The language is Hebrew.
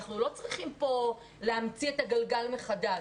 אנחנו לא צריכים פה להמציא את הגלגל מחדש.